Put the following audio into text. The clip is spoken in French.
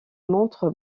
montre